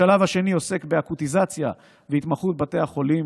השלב השני עוסק באקוטיזציה והתמחות בתי החולים,